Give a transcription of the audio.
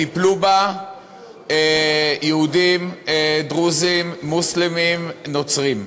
טיפלו בה יהודים, דרוזים, מוסלמים, נוצרים.